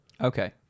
Okay